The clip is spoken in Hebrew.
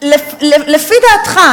לפי דעתך,